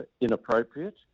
inappropriate